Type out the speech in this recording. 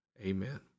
Amen